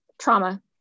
trauma